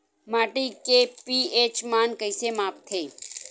माटी के पी.एच मान कइसे मापथे?